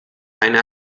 eine